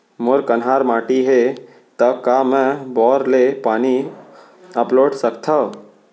मोर कन्हार माटी हे, त का मैं बोर ले पानी अपलोड सकथव?